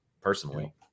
personally